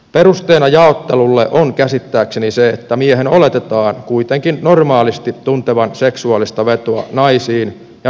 perusteena jaottelulle on käsittääkseni se että miehen oletetaan kuitenkin normaalisti tuntevan seksuaalista vetoa naisiin ja naisen taas miehiin